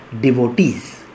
Devotees